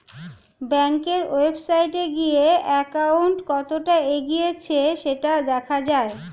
ব্যাংকের ওয়েবসাইটে গিয়ে অ্যাকাউন্ট কতটা এগিয়েছে সেটা দেখা যায়